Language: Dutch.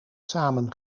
samen